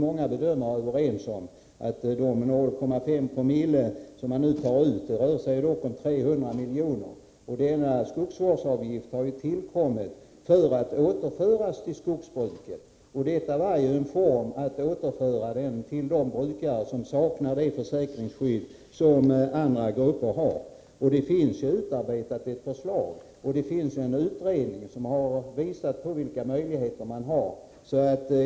Många bedömare är överens om att de 0,5960 som man tar ut ger ungefär 300 miljoner. Denna skogsvårdsavgift har tillkommit för att den skall återföras till skogsbruket, och detta vore ju en form för att återföra avgiften till de brukare som saknar det försäkringsskydd som andra grupper har. Pet finns förslag utarbetat, och en utredning har angivit vilka möjligheter som föreligger.